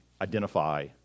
identify